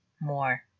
more